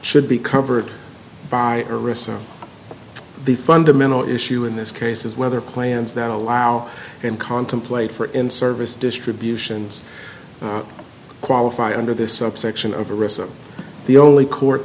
should be covered by a recess the fundamental issue in this case is whether plans that allow and contemplate for in service distributions qualify under this subsection of a recipe the only court